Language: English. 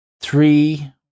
three